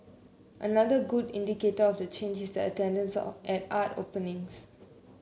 another good indicator of the change is the attendance of at art openings